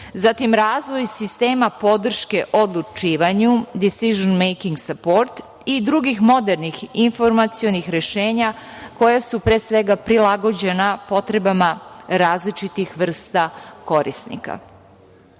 zatim razvoj sistema podrške o odlučivanju - decision making support i drugih modernih informacionih rešenja koja su prilagođena potrebama različitih vrsta korisnika.